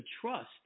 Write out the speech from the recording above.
trust